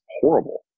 horrible